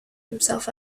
himself